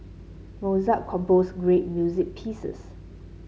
Mozart composed great music pieces